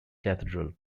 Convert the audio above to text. cathedral